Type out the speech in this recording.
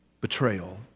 betrayal